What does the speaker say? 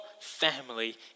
family